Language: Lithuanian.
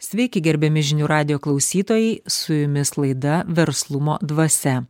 sveiki gerbiami žinių radijo klausytojai su jumis laida verslumo dvasia